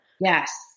Yes